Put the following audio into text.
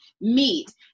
meat